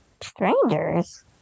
Strangers